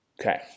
okay